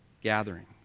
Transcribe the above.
gathering